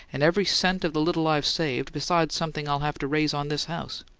and every cent of the little i've saved, besides something i'll have to raise on this house.